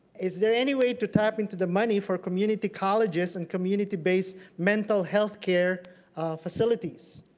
is there any way to tap into the money for community colleges and community-base mental healthcare facilities?